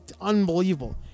unbelievable